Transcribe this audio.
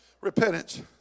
Repentance